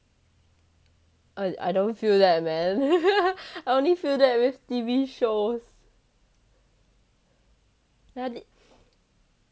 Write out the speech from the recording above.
I I don't feel that a man I only feel that with T_V shows yeah T~